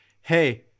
hey